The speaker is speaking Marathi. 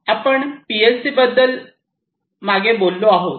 आपण पीएलसी बद्दल मागे बोललो आहोत